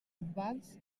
urbans